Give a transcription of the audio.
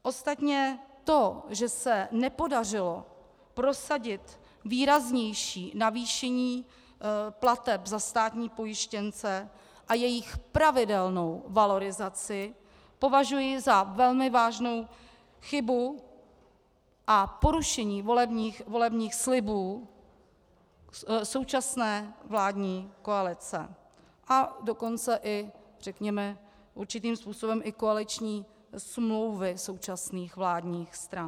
Ostatně to, že se nepodařilo prosadit výraznější navýšení plateb za státní pojištěnce a jejich pravidelnou valorizaci, považuji za velmi vážnou chybu a porušení volebních slibů současné vládní koalice, a dokonce i řekněme určitým způsobem i koaliční smlouvy současných vládních stran.